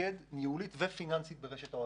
תתמקד ניהולית ופיננסית במשק ההולכה.